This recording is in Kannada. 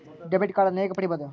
ಡೆಬಿಟ್ ಕಾರ್ಡನ್ನು ಹೇಗೆ ಪಡಿಬೋದು?